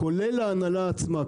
כולל ההנהלה עצמה.